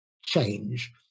change